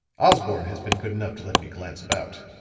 osborne has been good enough to let me glance about,